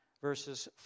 verses